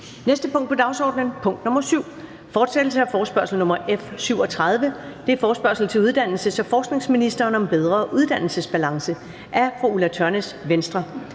næste punkt på dagsordenen er: 7) Fortsættelse af forespørgsel nr. F 37 [afstemning]: Forespørgsel til uddannelses- og forskningsministeren om bedre uddannelsesbalance. Af Ulla Tørnæs (V).